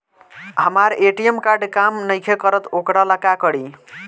हमर ATM card काम नईखे करत वोकरा ला का करी?